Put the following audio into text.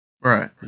Right